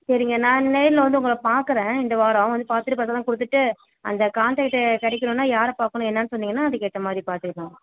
சரிங்க நான் நேரில் வந்து உங்களை பார்க்கறேன் இந்த வாரம் வந்து பார்த்துட்டு விவரம் கொடுத்துட்டு அந்த கான்ட்ராக்ட்டை கிடைக்கணுன்னா யாரை பார்க்கணும் என்னன் சொன்னீங்கன்னால் அதுக்கேற்ற மாதிரி பார்த்துப்போம்